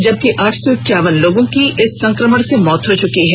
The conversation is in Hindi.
जबकि आठ सौ इक्यावन लोगों की इस संक्रमण से मौत हो चुकी है